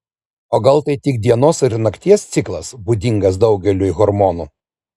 o gal tai tik dienos ir nakties ciklas būdingas daugeliui hormonų